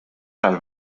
las